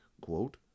Quote